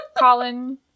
Colin